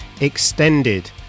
Extended